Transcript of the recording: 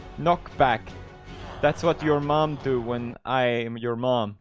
knocked back that's what your mom do when i am your mom